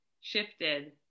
shifted